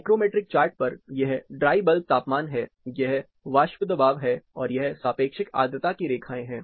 psychrometric chart पर यह dry bulb तापमान है यह वाष्प दबाव है और यह सापेक्षिक आर्द्रता की रेखाएं हैं